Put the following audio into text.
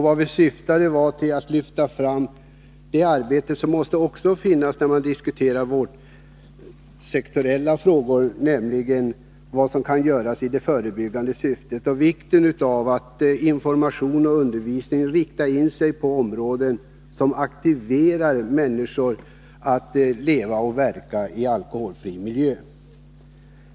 Vad vi syftade till var att lyfta fram det arbete som också måste tas med i bilden när vi diskuterar de sektoriella frågorna, nämligen vad som kan göras i förebyggande syfte och vikten av att information och undervisning riktar in sig på områden som aktiverar människor till att leva och verka i alkoholfri miljö.